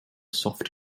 soft